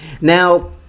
Now